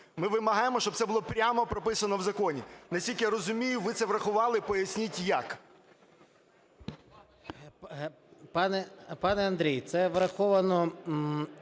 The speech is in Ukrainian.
Ми вимагаємо, щоб це було прямо прописано в законі. Наскільки я розумію, ви це врахували. Поясніть, як?